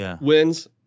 wins